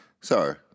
Sorry